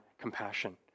compassion